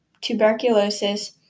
tuberculosis